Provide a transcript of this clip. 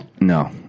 No